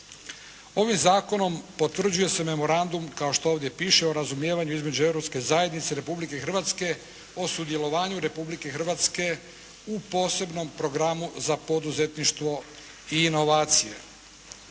Ovim zakonom potvrđuje se memorandum kao što ovdje piše o razumijevanju između Europske zajednice i Republike Hrvatske o sudjelovanju Republike Hrvatske u posebnom programu za poduzetništvo i inovacije.